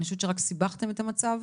אני חושבת שרק סיבכתם את המצב,